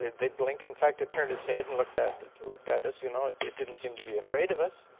they blinked. in fact it turned its head and looked at looked at us you know it it didn't seem to be afraid of us.